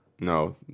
no